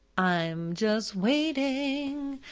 i'm just waiting.